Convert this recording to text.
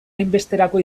hainbesterako